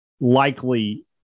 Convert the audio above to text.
likely –